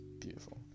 beautiful